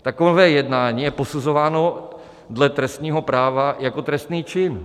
Takové jednání je posuzováno dle trestního práva jako trestný čin.